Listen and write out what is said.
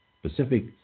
Pacific